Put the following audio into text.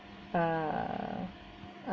uh